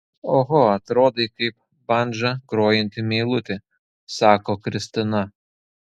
oho atrodai kaip bandža grojanti meilutė sako kristina